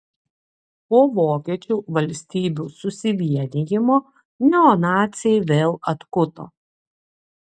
po vokiečių valstybių susivienijimo neonaciai vėl atkuto